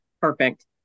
Perfect